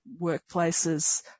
workplaces